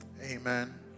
amen